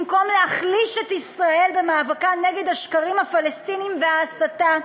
במקום להחליש את ישראל במאבקה נגד השקרים הפלסטיניים וההסתה,